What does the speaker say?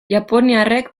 japoniarrek